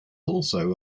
also